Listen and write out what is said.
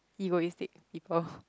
egoistic people